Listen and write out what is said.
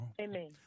Amen